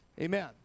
Amen